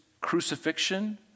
crucifixion